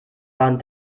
waren